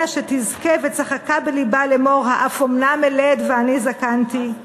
שתזכה וצחקה בלבה לאמור: "האף אמנם אלד ואני זקנתי";